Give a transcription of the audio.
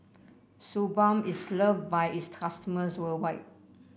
Suu Balm is loved by its customers worldwide